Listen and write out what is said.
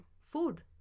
food